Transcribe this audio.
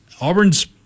Auburn's